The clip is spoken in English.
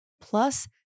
plus